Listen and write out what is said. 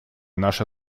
наша